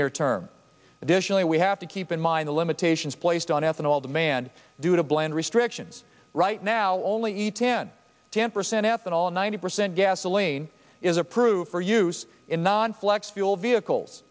near term additionally we have to keep in mind the limitations placed on ethanol demand due to blend restrictions right now only eat in ten percent ethanol ninety percent gasoline is approved for use in non flex fuel vehicles